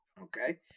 Okay